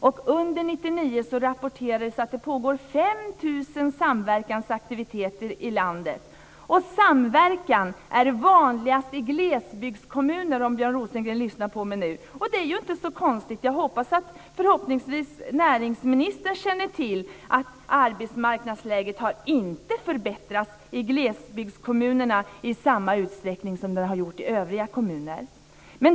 Under 1999 rapporterades att det pågår 5 000 samverkansaktiviteter i landet. Samverkan är vanligast i glesbygdskommuner - jag hoppas att Björn Rosengren lyssnar på mig nu - och det är inte så konstigt. Jag hoppas att näringsministern känner till att arbetsmarknadsläget inte har förbättrats i glesbygdskommunerna i samma utsträckning som i övriga kommuner.